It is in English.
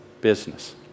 business